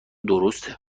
درسته